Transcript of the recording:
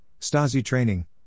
Stasi-Training